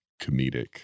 comedic